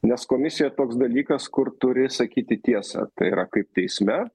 nes komisija toks dalykas kur turi sakyti tiesą tai yra kaip teisme